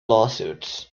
lawsuits